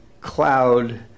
cloud